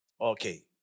Okay